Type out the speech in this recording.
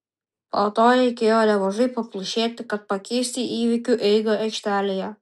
po to reikėjo nemažai paplušėti kad pakeisti įvykių eigą aikštelėje